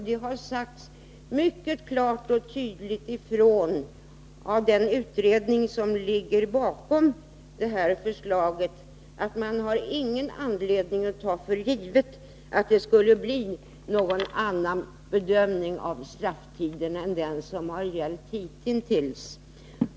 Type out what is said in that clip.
Det har sagts ifrån mycket tydligt och klart av den utredning som ligger bakom detta förslag, att man inte har någon anledning att ta för givet att det skulle bli någon annan bedömning av strafftiderna än den som gällt hitintills.